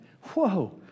Whoa